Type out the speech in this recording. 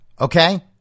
Okay